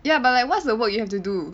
ya but like what's the work you have to do